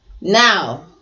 Now